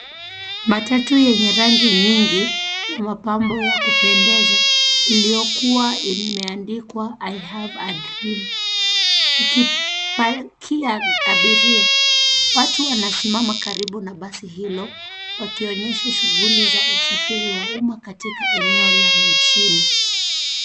Matatu yenye rangi nyingi na mapambo ya kupendeza lililokuwa imeandikwa I have a dream ikipakia abiria. Watu wanasimma karibu na basi hilo wakionyesha shuguli za usafiri wa umma katika eneo la mjini.